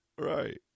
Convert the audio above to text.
Right